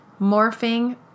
morphing